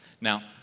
Now